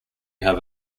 have